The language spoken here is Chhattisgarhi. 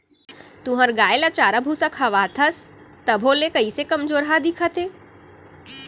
तुंहर गाय ल चारा भूसा खवाथस तभो ले कइसे कमजोरहा दिखत हे?